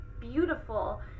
beautiful